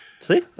See